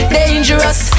dangerous